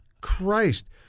Christ